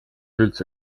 üldse